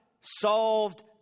solved